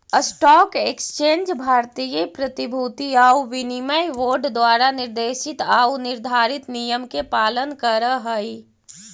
stock exchange भारतीय प्रतिभूति आउ विनिमय बोर्ड द्वारा निर्देशित आऊ निर्धारित नियम के पालन करऽ हइ